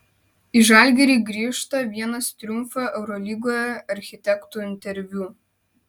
į žalgirį grįžta vienas triumfo eurolygoje architektų interviu